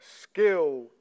skill